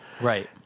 Right